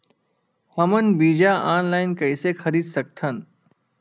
हमन बीजा ऑनलाइन कइसे खरीद सकथन?